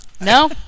No